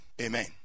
Amen